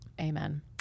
amen